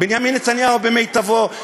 בנימין נתניהו במיטבו,